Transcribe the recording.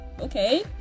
okay